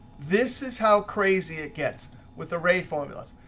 this is how crazy it gets with array formulas.